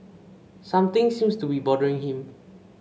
something seems to be bothering him